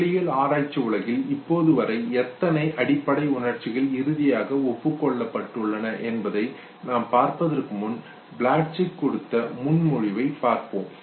உடலியல் ஆராய்ச்சி உலகில் இப்போது வரை எத்தனை அடிப்படை உணர்ச்சிகள் இறுதியாக ஒப்புக் கொள்ளப்பட்டுள்ள என்பதை நாம் பார்ப்பதற்கு முன் ப்ளட்சிக் கொடுத்த முன்மொழிவைப் பார்ப்போம்